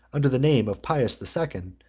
under the name of pius the second,